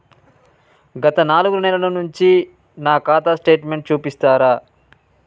గత నాలుగు నెలల నుంచి నా ఖాతా స్టేట్మెంట్ చూపిస్తరా?